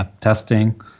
testing